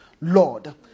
Lord